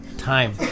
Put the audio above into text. time